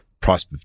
price